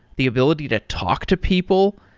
the ability to talk to people.